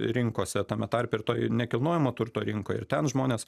rinkose tame tarpe ir toj nekilnojamo turto rinkoj ir ten žmonės